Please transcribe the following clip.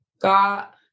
got